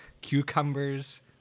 Cucumbers